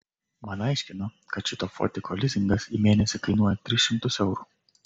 man aiškino kad šito fotiko lizingas į mėnesį kainuoja tris šimtus eurų